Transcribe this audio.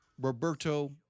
Roberto